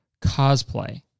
cosplay